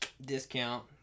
Discount